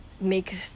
make